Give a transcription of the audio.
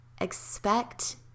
Expect